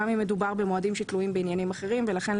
גם אם מדובר במועדים שתלויים בעניינים אחרים ולכן,